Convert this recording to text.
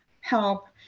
help